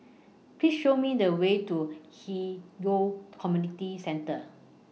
Please Show Me The Way to Hwi Yoh Community Centre